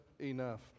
Enough